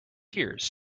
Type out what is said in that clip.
tears